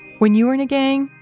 when you were in a gang,